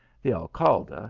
the alcalde,